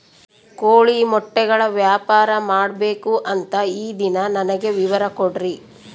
ಕೋಳಿ ಮೊಟ್ಟೆಗಳ ವ್ಯಾಪಾರ ಮಾಡ್ಬೇಕು ಅಂತ ಇದಿನಿ ನನಗೆ ವಿವರ ಕೊಡ್ರಿ?